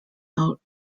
out